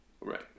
right